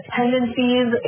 tendencies